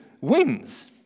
wins